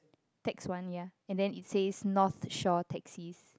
tax one ya and then it says North Shore taxi